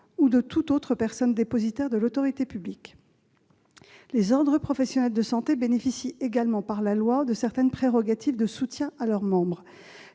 ou toute autre personne dépositaire de l'autorité publique. Les ordres professionnels de santé bénéficient également en vertu de la loi de certaines prérogatives de soutien à leurs membres.